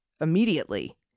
immediately